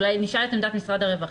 נשאל את עמדת משרד הרווחה.